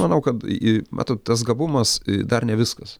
manau kad į matot tas gabumas dar ne viskas